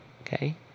Okay